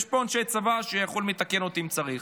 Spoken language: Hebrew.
יש פה אנשי צבא שיכולים לתקן אותי אם צריך,